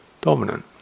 dominant